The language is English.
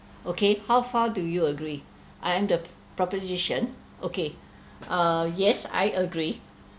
okay how far do you agree I am the proposition okay err yes I agree